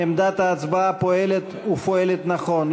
עמדת ההצבעה פועלת, ופועלת נכון.